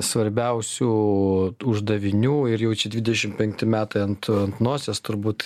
svarbiausių uždavinių ir jau čia dvidešim penkti metai ant nosies turbūt